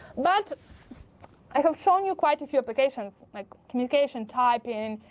but i have shown you quite a few applications like communication, typing,